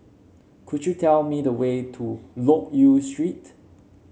could you tell me the way to Loke Yew Street